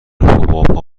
حبابها